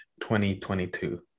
2022